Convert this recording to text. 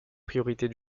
priorités